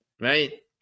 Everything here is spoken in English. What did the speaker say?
right